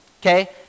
okay